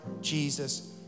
Jesus